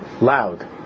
loud